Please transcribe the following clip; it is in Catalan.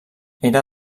era